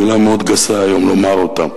מלה מאוד גסה היום לומר אותה.